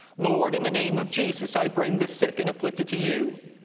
lord, in the name of jesus, i bring the sick and afflicted to you.